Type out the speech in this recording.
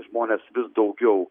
žmonės vis daugiau